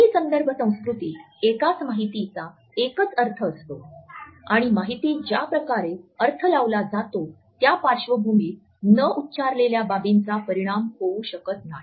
कमी संदर्भ संस्कृतीत एकाच माहितीचा एकच अर्थ असतो आणि माहिती ज्या प्रकारे अर्थ लावला जातो त्या पार्श्वभूमीत न उच्चारलेल्या बाबींचा परिणाम होऊ शकत नाही